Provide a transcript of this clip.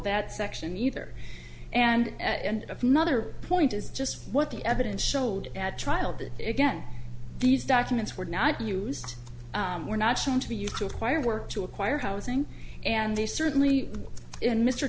that section either and of another point is just what the evidence showed at trial that again these documents were not used were not shown to be used to acquire work to acquire housing and they certainly in mr